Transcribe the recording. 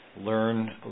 learn